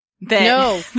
no